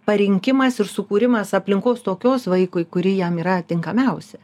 parinkimas ir sukūrimas aplinkos tokios vaikui kuri jam yra tinkamiausia